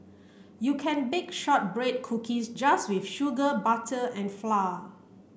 you can bake shortbread cookies just with sugar butter and flour